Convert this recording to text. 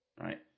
Right